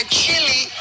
chili